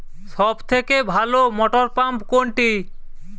সবথেকে ভালো মটরপাম্প কোনটি?